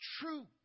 true